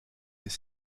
des